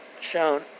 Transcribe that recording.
shown